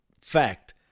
fact